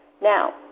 Now